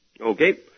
Okay